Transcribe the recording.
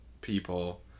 people